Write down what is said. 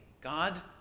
God